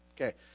Okay